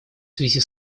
связи